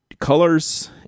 Colors